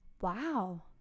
wow